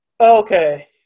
Okay